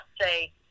say